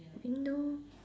window